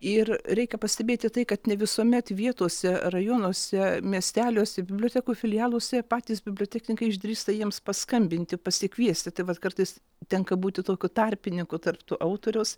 ir reikia pastebėti tai kad ne visuomet vietose rajonuose miesteliuose bibliotekų filialuose patys bibliotekininkai išdrįsta jiems paskambinti pasikviesti tai vat kartais tenka būti tokiu tarpininku tarp to autoriaus